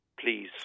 please